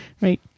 Right